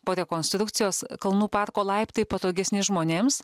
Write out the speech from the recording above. po rekonstrukcijos kalnų parko laiptai patogesni žmonėms